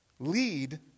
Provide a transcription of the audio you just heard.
Lead